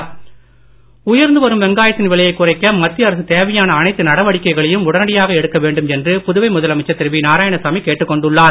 நாராயணசாமி உயர்ந்து வரும் வெங்காயத்தின் விலையைக் குறைக்க மத்திய அரசு தேவையான அனைத்து நடவடிக்கைகளையும் உடனடியாக எடுக்க வேண்டும் என்று புதுவை முதலமைச்சர் திரு நாராயணசாமி கேட்டுக் கொண்டுள்ளார்